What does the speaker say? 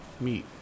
Meet